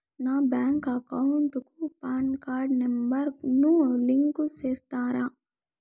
నా bank account కు PAN card number ను లింకు సేస్తారా?